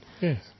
Yes